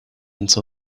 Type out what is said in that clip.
until